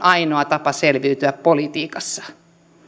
ainoa tapa selviytyä politiikassa